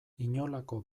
inolako